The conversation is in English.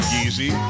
Yeezy